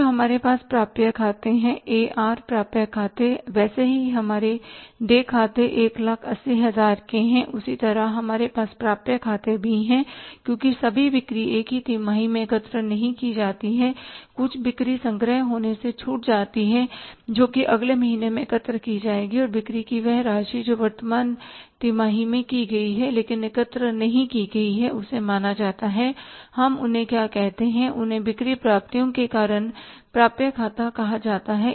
फिर हमारे पास प्राप्य खाते हैं ए आर प्राप्य खाते वैसे ही जैसे हमारे देय खाते 180000 के हैं उसी तरह हमारे पास प्राप्य खाते भी हैं क्योंकि सभी बिक्री एक ही तिमाही में एकत्र नहीं की जाती कुछ बिक्री संग्रह होने से छूट जाती है जोकि अगले महीने में एकत्र की जाएगी और बिक्री की वह राशि जो वर्तमान तिमाही में की गई है लेकिन एकत्र नहीं की गई है उसे माना जाता हैं हम उन्हें क्या कहते हैं उन्हें बिक्री प्राप्तियों के कारण प्राप्य खाता कहा जाता है